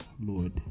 Lord